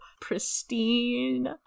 pristine